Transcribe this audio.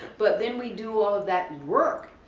but then we do all of that and work,